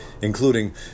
including